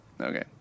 Okay